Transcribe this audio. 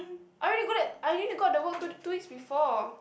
I already got that I already got the work two week two weeks before